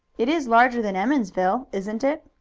it is larger than emmonsville, isn't it?